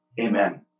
Amen